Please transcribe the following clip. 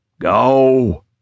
Go